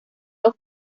los